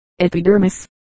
Epidermis